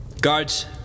Guards